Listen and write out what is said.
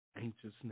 anxiousness